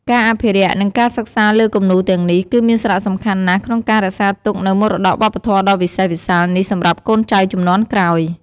ការអភិរក្ស និងការសិក្សាលើគំនូរទាំងនេះ គឺមានសារៈសំខាន់ណាស់ក្នុងការរក្សាទុកនូវមរតកវប្បធម៌ដ៏វិសេសវិសាលនេះសម្រាប់កូនចៅជំនាន់ក្រោយ។